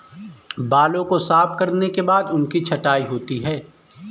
बालों को साफ करने के बाद उनकी छँटाई होती है